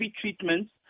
treatments